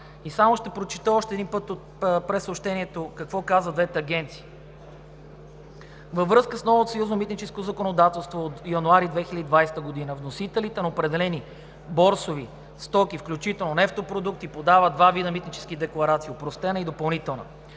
И само ще прочета още един път прессъобщението – какво казват двете агенции: „Във връзка с новото съюзно митническо законодателство от месец януари 2020 г. вносителите на определени борсови стоки, включително нефтопродукти, подават два вида митнически декларации – опростена и допълнителна.